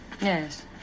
Yes